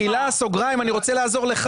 מחילה, סוגריים, אני רוצה לעזור לך.